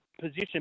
position